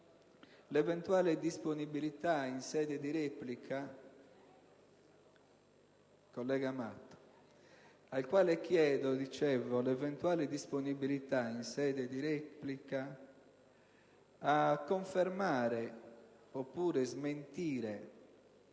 l'eventuale disponibilità in sede di replica a confermare oppure smentire